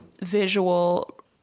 visual